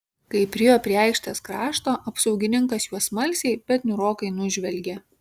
kai priėjo prie aikštės krašto apsaugininkas juos smalsiai bet niūrokai nužvelgė